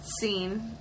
scene